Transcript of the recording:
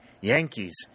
Yankees